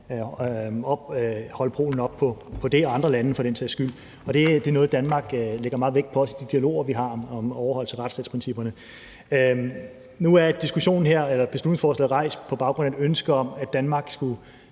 holde Polen op på det og andre lande for den sags skyld, og det er noget, Danmark lægger meget vægt på også i de dialoger, vi har, om overholdelse af retsstatsprincipperne. Nu er beslutningsforslaget her rejst på baggrund af et ønske om, at Danmark skulle